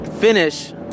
finish